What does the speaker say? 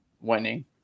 winning